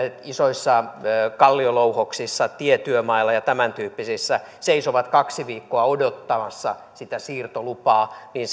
isoissa kalliolouhoksissa tietyömailla ja tämäntyyppisissä seisovat kaksi viikkoa odottamassa sitä siirtolupaa niin